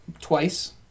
Twice